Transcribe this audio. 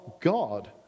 God